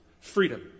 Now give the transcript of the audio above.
Freedom